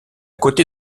côté